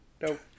Nope